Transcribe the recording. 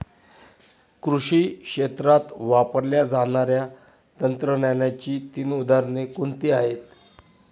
कृषी क्षेत्रात वापरल्या जाणाऱ्या तंत्रज्ञानाची तीन उदाहरणे कोणती आहेत?